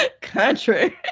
Country